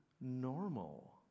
normal